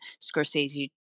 scorsese